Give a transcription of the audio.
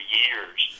years